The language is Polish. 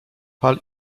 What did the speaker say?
pal